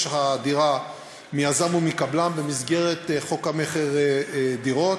דירה מיזם או מקבלן במסגרת חוק המכר (דירות),